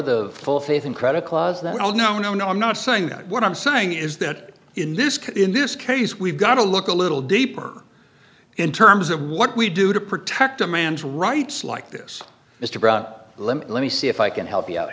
the full faith and credit clause that oh no no no i'm not saying that what i'm saying is that in this case in this case we've got to look a little deeper in terms of what we do to protect a man's rights like this mr brown limit let me see if i can help you out